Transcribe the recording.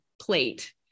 plate